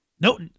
no